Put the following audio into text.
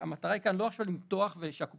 שהמטרה כאן היא לא עכשיו למתוח ושהקופה